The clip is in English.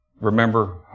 Remember